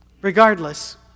Regardless